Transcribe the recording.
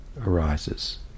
arises